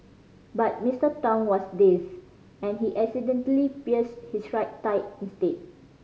but Mister Tong was dazed and he accidentally pierced his right thigh instead